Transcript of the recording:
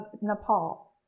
Nepal